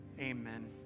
amen